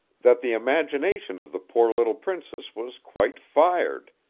that the imagination of the poor little princess was quite fired,